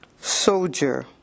soldier